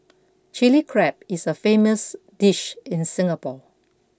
Chilli Crab is a famous dish in Singapore